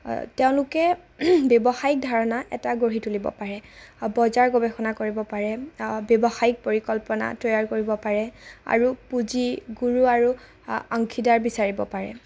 তেওঁলোকে ব্যৱসায়িক ধাৰণা এটা গঢ়ি তুলিব পাৰে আও বজাৰ গৱেষণা কৰিব পাৰে ব্যৱসায়িক পৰিকল্পনা তৈয়াৰ কৰিব পাৰে আৰু পুঁজি গুৰু আৰু আংশীদাৰ বিচাৰিব পাৰে